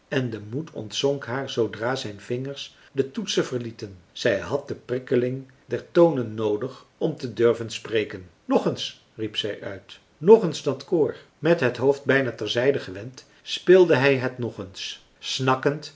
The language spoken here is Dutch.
en de moed ontzonk haar zoodra zijn vingers de toetsen verlieten zij had de prikkeling der tonen noodig om te durven spreken nog eens riep zij uit nog eens dat koor met het hoofd bijna ter zijde gewend speelde hij het nog een snakkend